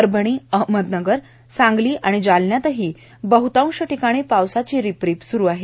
परभणीए अहमदनगरए सांगलीए जालन्यातही बह्तांश ठिकाणी पावसाची रिपरीप स्रु आहे